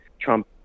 Trump